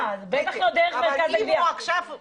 אם כן תהיה להם הסמכות הזו,